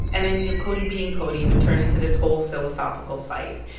and then, yeah cody being cody, it would turn into this whole philosophical fight.